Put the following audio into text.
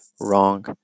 Wrong